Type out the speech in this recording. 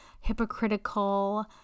hypocritical